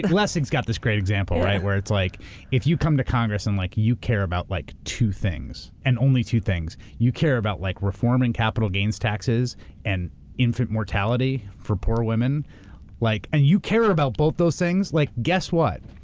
but lessig's got this great example where it's like if you come to congress and like you care about like two things and only two things, you care about like reforming capital gains taxes and infant mortality for poor women and you care about both those things like guess what,